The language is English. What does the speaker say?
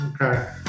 Okay